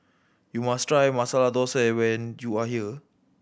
you must try Masala Dosa when you are here